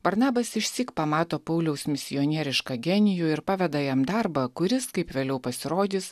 barnabas išsyk pamato pauliaus misionierišką genijų ir paveda jam darbą kuris kaip vėliau pasirodys